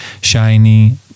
Shiny